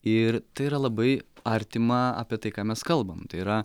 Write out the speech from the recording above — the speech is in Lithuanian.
ir tai yra labai artima apie tai ką mes kalbam tai yra